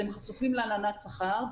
הם חשופים להלנת שכר.